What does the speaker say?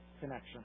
connection